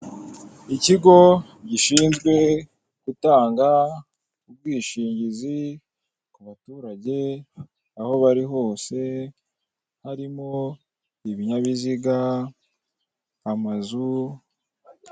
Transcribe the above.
Ikigo, gishinzwe, gutanga, ubwishingizi, ku baturege, aho bari hose, harimo, ibinyabiziga, amazu...